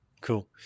cool